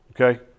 Okay